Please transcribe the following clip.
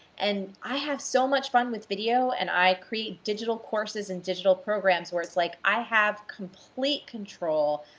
and i have so much fun with video and i create digital courses and digital programs where it's like, i have complete control.